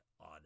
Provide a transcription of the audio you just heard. on